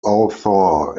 author